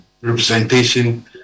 representation